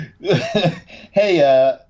Hey